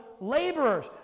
laborers